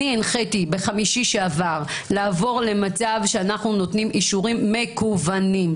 הנחיתי ביום חמישי שעבר לעבור למצב שאנחנו נותנים אישורים מקוונים.